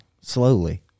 slowly